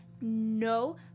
No